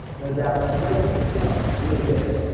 no doubt great looking gun. it really is.